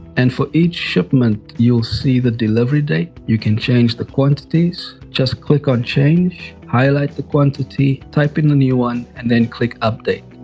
and for each shipment you'll see the delivery date, you can change the quantities just click on change highlight the quantity type in the new one and then click update,